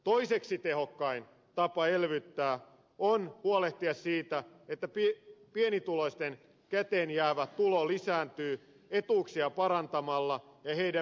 toiseksi tehokkain tapa elvyttää on huolehtia siitä että pienituloisten käteenjäävä tulo lisääntyy etuuksia parantamalla ja heidän verotustaan keventämällä